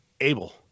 able